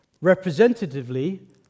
Representatively